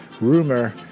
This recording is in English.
rumor